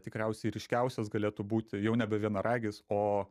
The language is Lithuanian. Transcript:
tikriausiai ryškiausias galėtų būti jau nebe vienaragis o